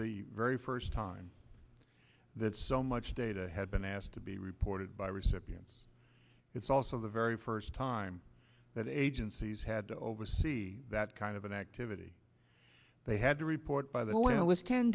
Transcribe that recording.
the very first time that so much data had been asked to be reported by recipients it's also the very first time that agencies had to oversee that kind of an activity they had to report by the way it was ten